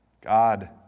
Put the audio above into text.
God